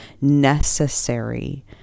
necessary